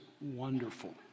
wonderful